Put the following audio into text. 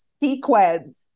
sequence